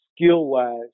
skill-wise